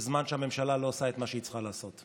בזמן שהממשלה לא עושה את מה שהיא צריכה לעשות.